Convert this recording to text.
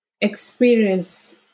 experience